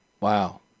Wow